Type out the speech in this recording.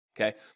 Okay